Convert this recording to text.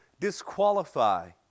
disqualify